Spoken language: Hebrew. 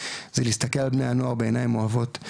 זה להסתכל על בני הנוער בעיניים אוהבות,